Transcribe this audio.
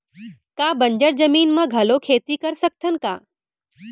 का बंजर जमीन म घलो खेती कर सकथन का?